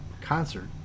concert